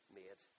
made